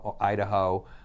Idaho